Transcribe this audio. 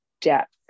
depth